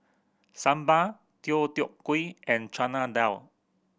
Sambar Deodeok Gui and Chana Dal